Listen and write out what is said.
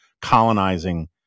colonizing